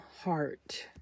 heart